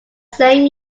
same